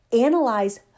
analyze